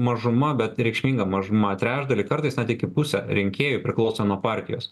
mažuma bet reikšminga mažuma trečdalį kartais net iki pusė rinkėjų priklauso nuo partijos